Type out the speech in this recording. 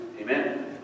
amen